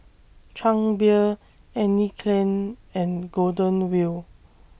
Chang Beer Anne Klein and Golden Wheel